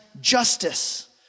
justice